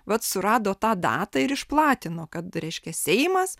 vat surado tą datą ir išplatino kad reiškia seimas